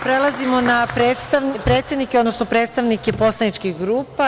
Prelazimo na predsednike, odnosno predstavnike poslaničkih grupa.